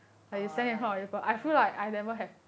oh like oh